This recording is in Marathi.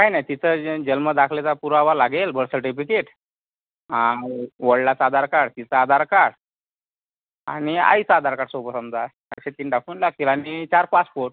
काही नाही तिचं जे जल्मदाखल्याचा पुरावा लागेल बर्थ सर्टिफिकेट हां वडलाचं आधार कार्ड तिचं आधार कार्ड आणि आईचं आधार कार्ड सोबत समजा असे तीन डॉक्युमेंट लागतील आणि चार पासपोर्ट